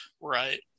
Right